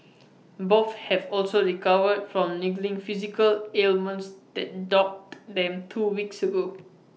both have also recovered from niggling physical ailments that dogged them two weeks ago